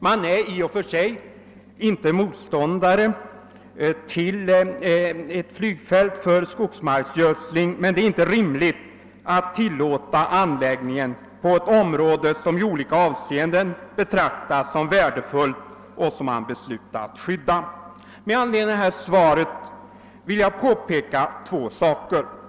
Man är i princip inte motståndare till anläggandet av ett flygfält för skogsmarksgödsling, men det är inte rimligt att tillåta att det placeras inom ett område som i olika avseenden betraktas som värdefullt och som man beslutat att skydda. Med anledning av det lämnade svaret vill jag göra två påpekanden.